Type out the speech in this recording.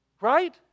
Right